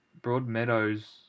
Broadmeadows